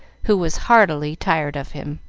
who was heartily tired of him.